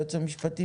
היועץ המשפטי,